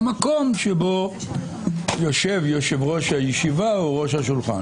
המקום בו יושב יושב-ראש הישיבה הוא ראש השולחן.